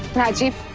rajeev,